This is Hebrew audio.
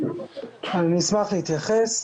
אני אשמח להתייחס.